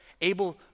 Abel